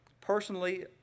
Personally